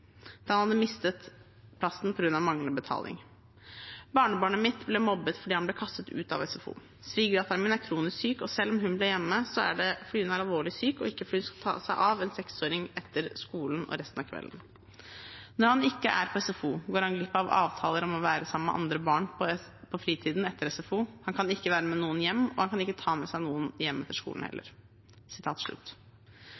hadde mistet plassen på grunn av manglende betaling. Barnebarnet mitt ble mobbet fordi han ble kastet ut av SFO. Svigerdatteren min er kronisk syk, og når hun er hjemme, er det fordi hun er alvorlig syk, og ikke fordi hun skal ta seg av en seksåring etter skolen og resten av kvelden. Når han ikke er på SFO, går han glipp av avtaler om å være sammen med andre barn på fritiden etter SFO. Han kan ikke være med noen hjem, og han kan ikke ta med seg noen hjem etter skolen